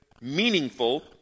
meaningful